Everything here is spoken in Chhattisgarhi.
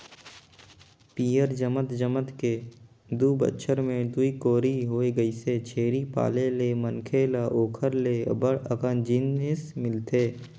पियंर जमत जमत के दू बच्छर में दूई कोरी होय गइसे, छेरी पाले ले मनखे ल ओखर ले अब्ब्ड़ अकन जिनिस मिलथे